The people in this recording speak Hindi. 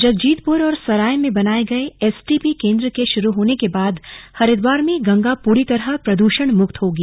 जगजीतपुर और सराय में बनाए गए एसटीपी केन्द्र के शुरू होने के बाद हरिद्वार में गंगा पूरी तरह प्रद्षण मुक्त होगी